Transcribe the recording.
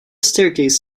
staircase